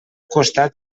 costat